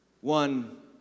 One